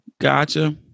Gotcha